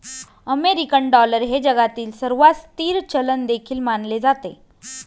American dollar हे जगातील सर्वात स्थिर चलन देखील मानले जाते